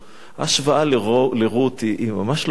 ההשוואה לרות ממש לא לעניין.